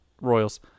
Royals